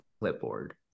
clipboard